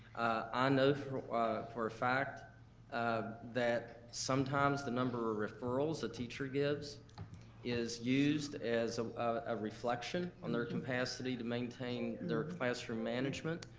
i know for for a fact that sometimes the number of referrals a teacher gives is used as ah a reflection on their capacity to maintain their classroom management,